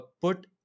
put